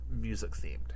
music-themed